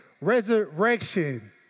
resurrection